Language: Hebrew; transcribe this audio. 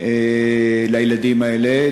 לילדים האלה.